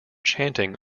chanting